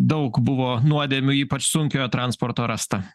daug buvo nuodėmių ypač sunkiojo transporto rasta